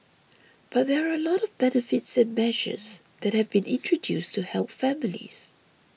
but there are a lot of benefits and measures that have been introduced to help families